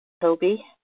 Toby